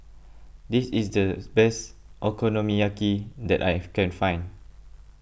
this is the best Okonomiyaki that I have can find